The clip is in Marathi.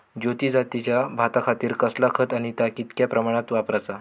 ज्योती जातीच्या भाताखातीर कसला खत आणि ता कितक्या प्रमाणात वापराचा?